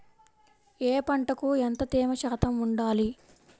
ఏ పంటకు ఎంత తేమ శాతం ఉండాలి?